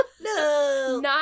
No